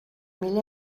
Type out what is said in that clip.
mil